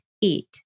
eat